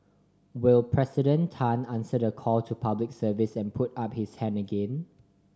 will President Tan answer the call to Public Service and put up his hand again